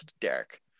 Derek